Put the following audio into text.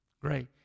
Great